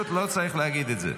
פשוט לא צריך להגיד את זה.